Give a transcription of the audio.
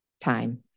time